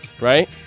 right